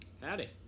howdy